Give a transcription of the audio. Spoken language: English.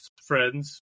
friends